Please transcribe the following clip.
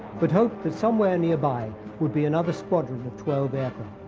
but hoped that somewhere nearby would be another squadron of twelve aircraft.